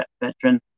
veteran